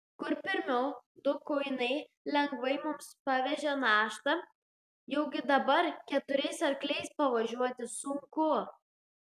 kur pirmiau du kuinai lengvai mums pavežė naštą jaugi dabar keturiais arkliais pavažiuoti sunku